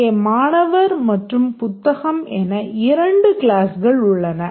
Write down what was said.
இங்கே மாணவர் மற்றும் புத்தகம் என 2 க்ளாஸ்கள் உள்ளன